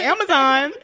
Amazon